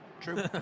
True